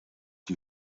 die